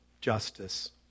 justice